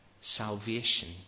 salvation